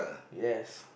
yes